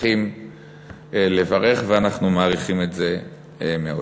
צריכים לפחות לברך, ואנחנו מעריכים את זה מאוד.